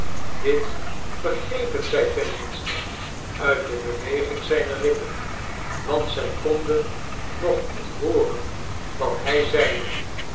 dit begrepen zij ten minste uit de beweging zijner lippen want zij konden nog niet hooren wat hij zeide